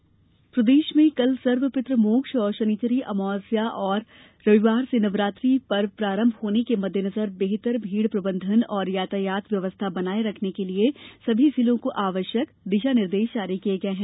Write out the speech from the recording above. पित्रमोक्ष अमावस्या प्रदेश में कल सर्वपितमोक्ष और शनिश्चरी अमावस्या और रविवार से नवरात्रि पर्व प्रारंभ होने के मद्देनजर बेहतर भीड़ प्रबंधन और यातायात व्यवस्था बनाए रखने के लिए सभी जिलों को आवश्यक दिशा निर्देश जारी किए गये हैं